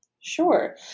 Sure